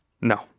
No